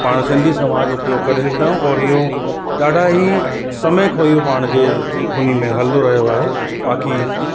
पाण सिंधी समाज उपयोग करे सघंदा आहियूं इहो ॾाढा ई समय खां इहो पाण जे हुन में हलंदो रहियो आहे बाक़ी